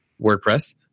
WordPress